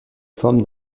forme